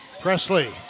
Presley